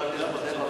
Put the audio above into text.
חבר הכנסת זאב,